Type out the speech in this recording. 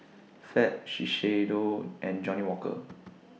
Fab Shiseido and Johnnie Walker